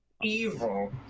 Evil